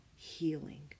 Healing